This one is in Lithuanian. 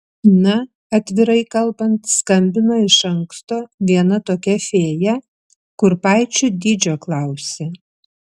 na atvirai kalbant skambino iš anksto viena tokia fėja kurpaičių dydžio klausė